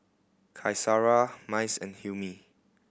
Qaisara Mas and Hilmi